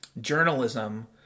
journalism